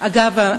אגב,